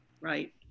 right